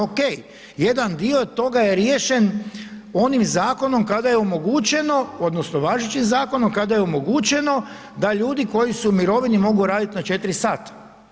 Ok, jedan dio toga je riješen onim zakonom kada je omogućeno odnosno važećim zakonom, kada je omogućeno da ljudi koji su u mirovini mogu raditi na 4 sata.